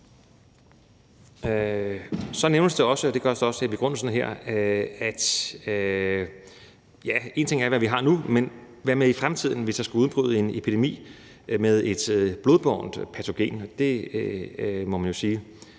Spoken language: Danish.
i begrundelsen – at en ting er, hvad vi har nu, men hvad med i fremtiden, hvis der skulle udbryde en epidemi med et blodbårent patogen? Der må man jo sige,